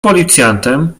policjantem